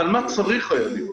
אבל מה צריך היה להיות?